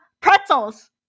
pretzels